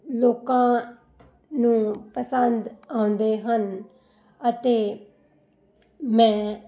ਲੋਕਾਂ ਨੂੰ ਪਸੰਦ ਆਉਂਦੇ ਹਨ ਅਤੇ ਮੈਂ